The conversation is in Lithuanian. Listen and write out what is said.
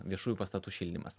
viešųjų pastatų šildymas